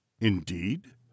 Indeed